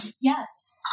Yes